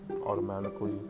automatically